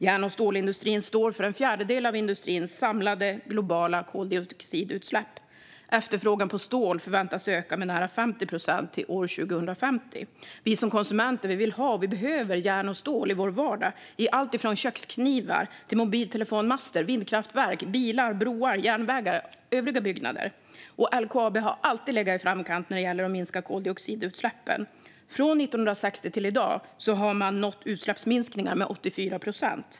Järn och stålindustrin står för en fjärdedel av industrins samlade globala koldioxidutsläpp. Efterfrågan på stål förväntas öka med nära 50 procent till år 2050. Vi som konsumenter vill ha och behöver järn och stål i vår vardag i alltifrån köksknivar till mobiltelefonmaster, vindkraftverk, bilar, broar, järnvägar och byggnader. LKAB har alltid legat i framkant när det gäller att minska koldioxidutsläppen. Från 1960 till i dag har man nått utsläppsminskningar på 84 procent.